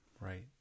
right